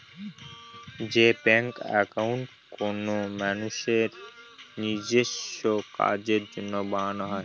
যে bank account কোনো মানুষের নিজেস্ব কাজের জন্য বানানো হয়